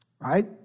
Right